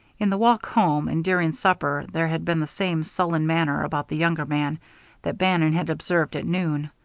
in the walk home and during supper there had been the same sullen manner about the younger man that bannon had observed at noon.